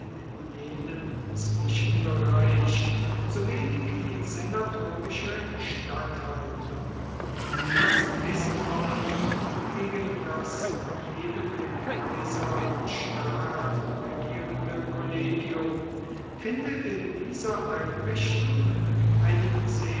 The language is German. jenem zwischenbereich so wenig wie senatorische statthalter das mißtrauen gegen das neben dem kaiser den staat regierende kollegium findet in dieser einrichtung einen